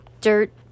dirt